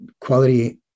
quality